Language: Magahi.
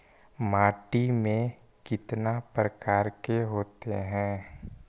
माटी में कितना प्रकार के होते हैं?